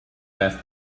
best